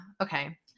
okay